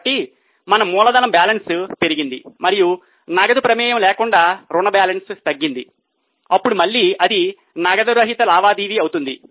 కాబట్టి మన మూలధన బ్యాలెన్స్ పెరిగింది మరియు నగదు ప్రమేయం లేకుండా రుణ బ్యాలెన్స్ తగ్గింది అప్పుడు మళ్ళీ అది నగదు రహిత లావాదేవీ అవుతుంది